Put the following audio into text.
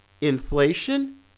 inflation